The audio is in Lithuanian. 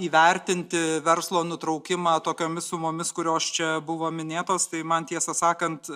įvertinti verslo nutraukimą tokiomis sumomis kurios čia buvo minėtos tai man tiesą sakant